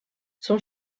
son